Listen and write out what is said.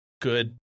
good